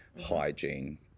hygiene